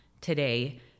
today